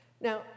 Now